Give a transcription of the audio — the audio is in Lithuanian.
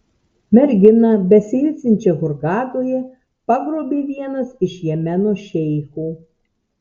merginą besiilsinčią hurgadoje pagrobė vienas iš jemeno šeichų